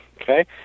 okay